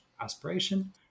aspiration